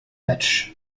match